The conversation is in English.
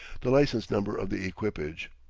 the license number of the equipage.